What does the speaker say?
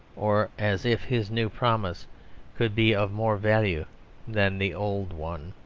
or as if his new promise could be of more value than the old one.